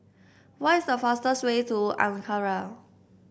what is the fastest way to Ankara